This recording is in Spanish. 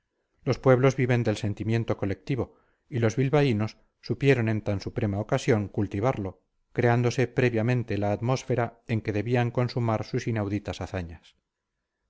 los pueblos viven del sentimiento colectivo y los bilbaínos supieron en tan suprema ocasión cultivarlo creándose previamente la atmósfera en que debían consumar sus inauditas hazañas